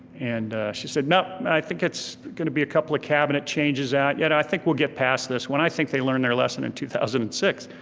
and she said no, i think it's gonna be a couple of cabinet changes out yeah and i think we'll get past this. well i think they learned their lesson in two thousand and six.